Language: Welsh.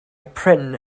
prin